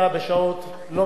כן מקובלות,